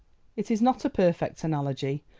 it is not a perfect analogy,